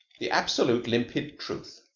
the absolute limpid truth.